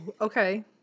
Okay